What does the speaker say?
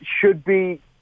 should-be